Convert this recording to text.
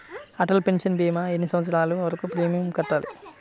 Atal pension భీమా ఎన్ని సంవత్సరాలు వరకు ప్రీమియం కట్టాలి?